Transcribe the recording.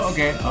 Okay